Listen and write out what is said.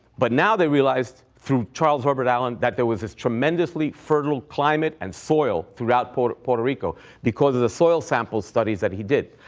but now they realized, through charles herbert allen, that there was this tremendously fertile climate and soil throughout puerto puerto rico because of the soil sample studies that he did.